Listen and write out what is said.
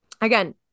again